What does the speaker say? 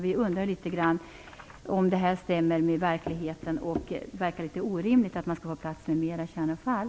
Vi undrar litet om det stämmer med verkligheten. Det verkar vara orimligt att man skulle ha plats för mer kärnavfall.